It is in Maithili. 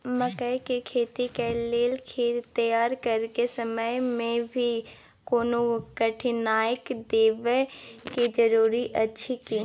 मकई के खेती कैर लेल खेत तैयार करैक समय मे भी कोनो कीटनासक देबै के जरूरी अछि की?